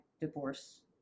divorce